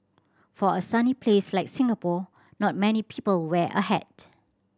for a sunny place like Singapore not many people wear a hat